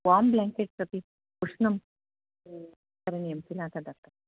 warm blankets अपि उष्णं करणीयं इति न तत् दत्तम्